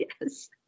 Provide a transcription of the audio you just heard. Yes